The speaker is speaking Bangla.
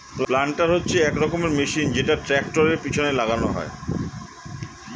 প্ল্যান্টার হচ্ছে এক রকমের মেশিন যেটা ট্র্যাক্টরের পেছনে লাগানো হয়